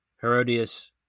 Herodias